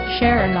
Share